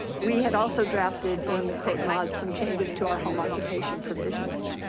we had also drafted in the code mod some changes to our home occupation provisions.